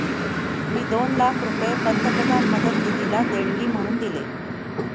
मी दोन लाख रुपये पंतप्रधान मदत निधीला देणगी म्हणून दिले